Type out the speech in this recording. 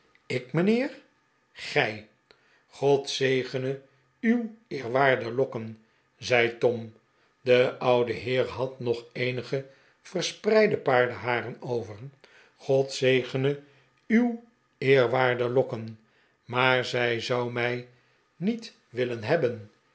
ik mijnheer gij god zegene uw eerwaarde lokken zei tom de oude heer had nog eenige verspreide paardenharen over god zegene uw eerwaarde lokken maar zij zou mij niet willen hebben